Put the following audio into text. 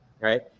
right